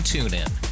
TuneIn